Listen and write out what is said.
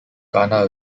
ghana